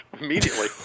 immediately